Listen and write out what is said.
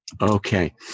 Okay